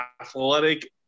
athletic